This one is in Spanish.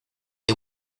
the